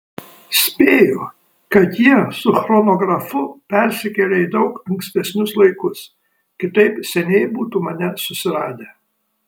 spėju kad jie su chronografu persikėlė į daug ankstesnius laikus kitaip seniai būtų mane susiradę